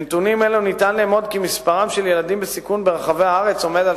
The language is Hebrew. מנתונים אלו ניתן לאמוד כי מספרם של ילדים בסיכון ברחבי הארץ עומד על